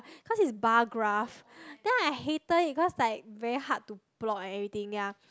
cause is bar graph then I hated it cause like very hard to plot and everything ya